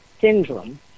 syndrome